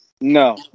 No